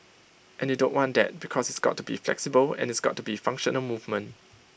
and you don't want that because it's got to be flexible and it's got to be functional movement